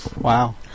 Wow